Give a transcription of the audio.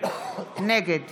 נגד